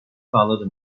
sağladı